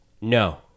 No